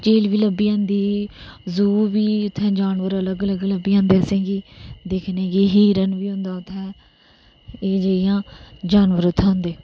झील बी लब्भी जंदी ही जू बी उत्थै जानबर अलग अलग लब्भी जंदे असेंगी दिक्खने गी हिरण बी होंदा उत्थै एह् जेह बी होंदे उत्थै